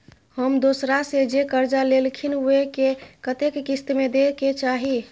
हम दोसरा से जे कर्जा लेलखिन वे के कतेक किस्त में दे के चाही?